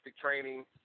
training